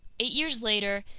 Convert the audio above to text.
eight years later,